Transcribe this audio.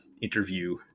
interview